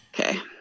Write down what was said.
Okay